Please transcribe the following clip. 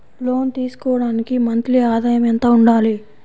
లోను తీసుకోవడానికి మంత్లీ ఆదాయము ఎంత ఉండాలి?